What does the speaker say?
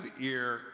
ear